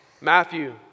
Matthew